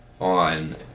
on